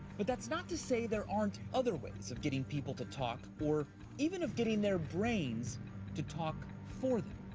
but that's not to say there aren't other ways of getting people to talk or even of getting their brains to talk for them.